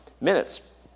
minutes